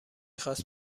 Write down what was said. خواست